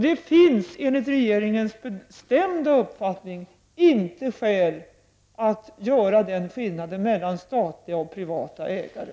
Det finns enligt regeringens bestämda uppfattning inte skäl att göra någon skillnad mellan statliga och privata ägare.